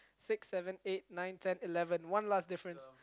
six seven eight nine ten eleven one last difference